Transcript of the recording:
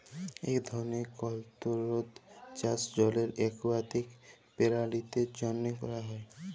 ইক ধরলের কলটোরোলড চাষ জলের একুয়াটিক পেরালিদের জ্যনহে ক্যরা হ্যয়